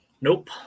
nope